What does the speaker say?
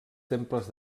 temples